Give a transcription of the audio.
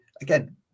Again